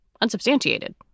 unsubstantiated